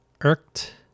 irked